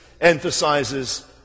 emphasizes